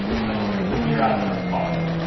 in other words, clear out the response,